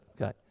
Okay